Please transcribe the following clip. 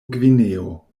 gvineo